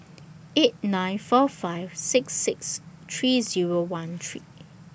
eight nine four five six six three Zero one three